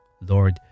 Lord